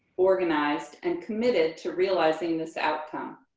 organized, and committed to realizing this outcome.